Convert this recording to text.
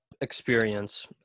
experience